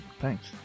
Thanks